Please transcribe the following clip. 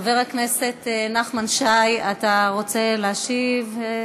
חבר הכנסת נחמן שי, אתה רוצה להשיב?